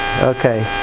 Okay